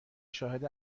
شاهد